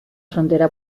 frontera